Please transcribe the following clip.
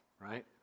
right